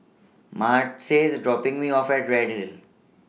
Martez IS dropping Me off At Redhill